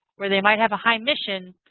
where they might have a high mission,